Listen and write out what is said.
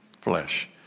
flesh